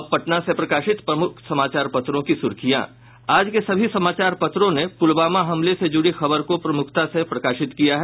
अब पटना से प्रकाशित प्रमुख समाचार पत्रों की सुर्खियां आज के सभी समाचार पत्रों ने पुलवामा हमले से जुड़ी खबर को प्रमुखता से प्रकाशित किया है